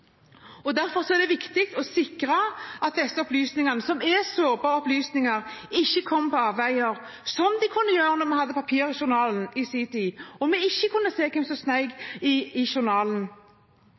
opplysningene. Derfor er det viktig å sikre at disse opplysningene, som er sårbare opplysninger, ikke kommer på avveier, som de kunne gjøre da vi hadde papirjournalen i sin tid og vi ikke kunne se hvem som